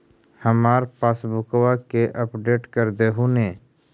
हमार पासबुकवा के अपडेट कर देहु ने?